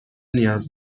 نیاز